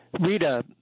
Rita